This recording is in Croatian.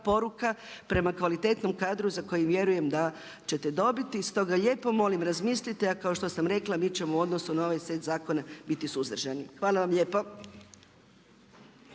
poruka prema kvalitetnom kadru za koji vjerujem da ćete dobiti, stoga lijepo molim razmislite a kao što sam rekla mi ćemo u odnosu na ovaj set zakona biti suzdržani. Hvala vam lijepa.